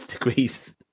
degrees